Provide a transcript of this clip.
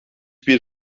bir